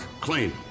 clean